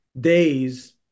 days